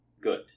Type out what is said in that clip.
good